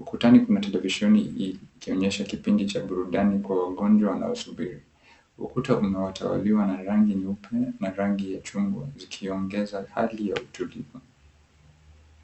Ukutani kuna televisheni ikionyesha kipindi cha burudani kwa wagonjwa wanaosubiri. Ukuta ume𝑡awaliwa na rangi nyeupe na rangi ya chungwa zikiongeza hali ya utulivu.